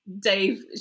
Dave